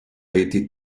été